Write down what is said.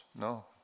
No